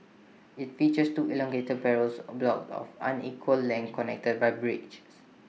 IT features two elongated parachute blocks of unequal length connected by bridges